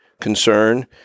concern